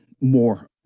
more